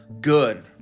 good